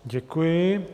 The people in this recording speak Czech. Děkuji.